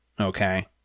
Okay